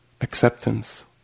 acceptance